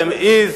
Jerusalem is,